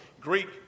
Greek